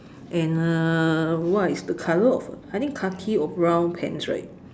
and uh what is the color of uh I think khaki or brown pants right